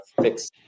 fix